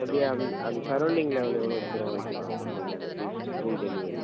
okay அந் அந்த surrounding level எவ்வளோ தூர வரைக்கும் மேம் பண்ணுறீங்க அந்த ஃப்ரீஸ் ஃப்ரீ டெலிவரி